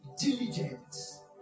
Diligence